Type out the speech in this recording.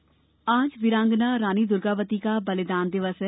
दुर्गावती आज वीरांगना रानी दुर्गावती का बलिदान दिवस है